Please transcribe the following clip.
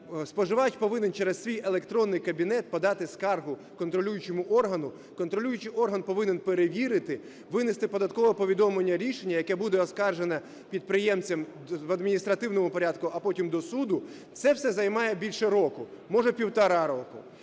споживач повинен через свій електронний кабінет подати скаргу контролюючому органу, контролюючий орган повинен перевірити, винести податкове повідомлення рішення, яке буде оскаржене підприємцем в адміністративному порядку, а потім до суду. Це все займає більше року, може, півтора року.